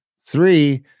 Three